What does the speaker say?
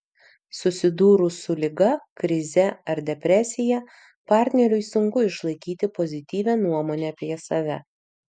susidūrus su liga krize ar depresija partneriui sunku išlaikyti pozityvią nuomonę apie save